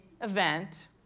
event